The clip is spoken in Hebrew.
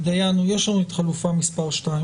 לנו את החלופה השנייה.